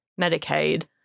Medicaid